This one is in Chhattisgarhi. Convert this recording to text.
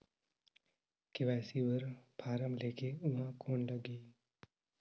के.वाई.सी बर फारम ले के ऊहां कौन लगही?